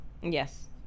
Yes